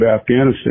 Afghanistan